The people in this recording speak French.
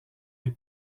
les